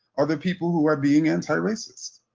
are the people who are being anti-racist.